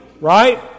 right